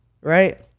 right